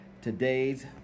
Today's